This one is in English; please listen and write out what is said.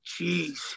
Jeez